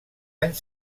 anys